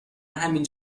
همین